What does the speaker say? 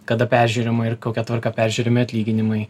kada peržiūrima ir kokia tvarka peržiūrimi atlyginimai